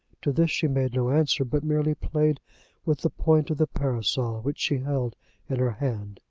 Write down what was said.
to this she made no answer, but merely played with the point of the parasol which she held in her hand.